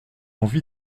envie